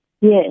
Yes